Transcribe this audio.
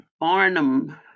Barnum